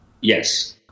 Yes